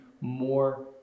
more